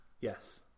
yes